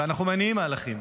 ואנחנו מניעים מהלכים,